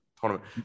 tournament